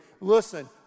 Listen